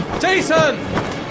Jason